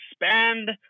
expand